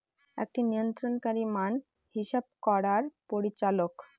একটি নিয়ন্ত্রণকারী মান হিসাব করার পরিচালক